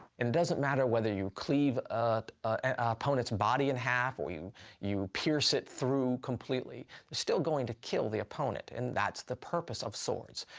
it doesn't matter whether you cleave an opponent's body in half or you you pierce it through completely still going to kill the opponent, and that's the purpose of swords.